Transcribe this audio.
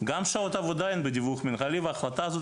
גם שעות עבודה אין בדיווח מנהלי וההחלטה הזו